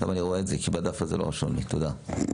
תודה.